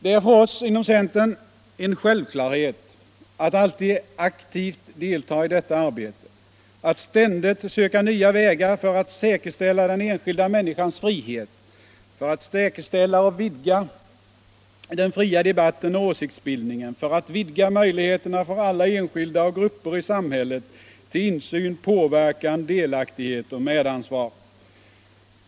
Det är för oss inom centern en självklarhet att alltid aktivt delta i detta arbete, att ständigt söka nya vägar för att säkerställa den enskilda människans frihet, för att säkerställa och vidga den fria debatten och åsiktsbildningen, för att vidga möjligheterna för alla enskilda och grupper i samhället till insyn, påverkan, delaktighet och medansvar.